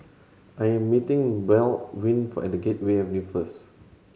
I am meeting Baldwin at Gateway Avenue first